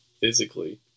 physically